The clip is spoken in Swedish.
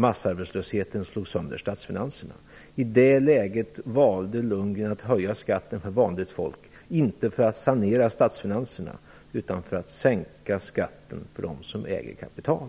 Massarbetslösheten slog sönder statsfinanserna. I det läget valde Bo Lundgren att höja skatten för vanligt folk, inte för att sanera statsfinanserna utan för att sänka skatten för dem som äger kapital.